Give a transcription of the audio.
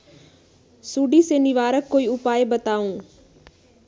सुडी से निवारक कोई उपाय बताऊँ?